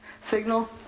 signal